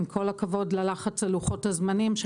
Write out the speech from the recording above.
עם כל הכבוד ללחץ על לוחות הזמנים,